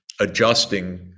adjusting